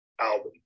album